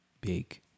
big